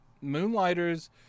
Moonlighters